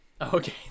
Okay